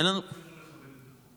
אין אופציה לא לכבד את החוק.